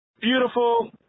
Beautiful